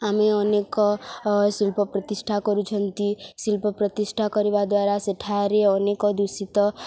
ଆମେ ଅନେକ ଶିଳ୍ପ ପ୍ରତିଷ୍ଠା କରୁଛନ୍ତି ଶିଳ୍ପ ପ୍ରତିଷ୍ଠା କରିବା ଦ୍ୱାରା ସେଠାରେ ଅନେକ ଦୂଷିତ